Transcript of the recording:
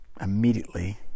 immediately